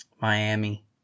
Miami